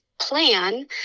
plan